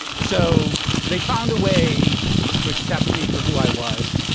so they found a way to accept me for who i was,